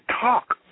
talk